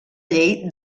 llei